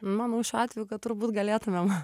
manau šiuo atveju turbūt galėtumėm